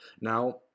Now